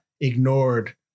ignored